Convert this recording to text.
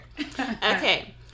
okay